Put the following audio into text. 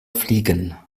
fliegen